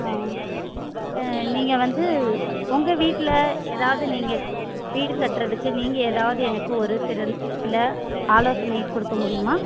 ஆ ஆ நீங்கள் வந்து உங்கள் வீட்டில் ஏதாவது நீங்கள் வீடு கட்டுறதுக்கு நீங்கள் ஏதாவது எனக்கு ஒரு சிறந்த சில ஆலோசனை கொடுக்க முடியுமா